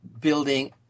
building